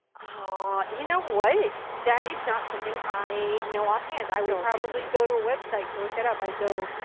ahhhhhh. you know what? that is not something i know off hand. i will probably go to a website to look that up. i'd go.